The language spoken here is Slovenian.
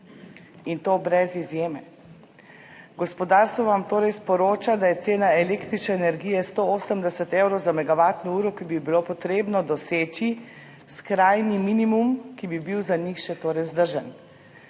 in to brez izjeme. Gospodarstvo vam torej sporoča, da je cena električne energije 180 evrov za megavatno uro, ki bi jo bilo potrebno doseči, skrajni minimum, ki bi bil za njih še vzdržen.